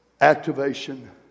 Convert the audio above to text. activation